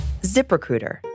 ZipRecruiter